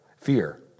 Fear